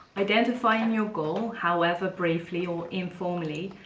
identifying your goal, however briefly or informally,